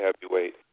heavyweight